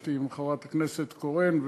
ונפגשתי עם חברת הכנסת קורן,